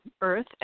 earth